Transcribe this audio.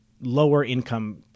lower-income